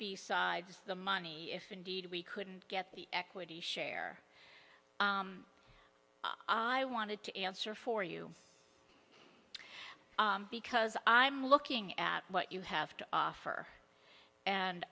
besides the money if indeed we couldn't get the equity share i wanted to answer for you because i'm looking at what you have to offer and